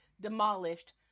demolished